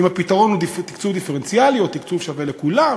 אם הפתרון הוא תקצוב דיפרנציאלי או תקצוב שווה לכולם,